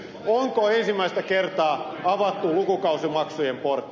onko ensimmäistä kertaa avattu lukukausimaksujen portti